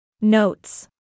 Notes